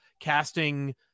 casting